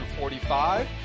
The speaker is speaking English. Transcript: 45